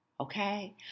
okay